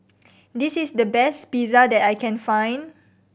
this is the best Pizza that I can find